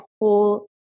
whole